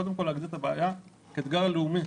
קודם כל להגדיר את הבעיה כאתגר לאומי,